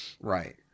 right